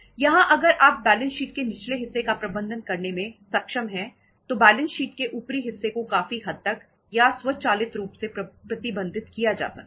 यहां अगर आप बैलेंस शीट के निचले हिस्से का प्रबंधन करने में सक्षम है तो बैलेंस शीट के ऊपरी हिस्से को काफी हद तक या स्वचालित रूप से प्रतिबंधित किया जा सकता है